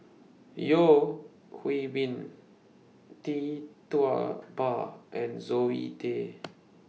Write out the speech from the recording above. Yeo Hwee Bin Tee Tua Ba and Zoe Tay